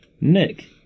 Nick